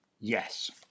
yes